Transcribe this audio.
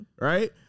Right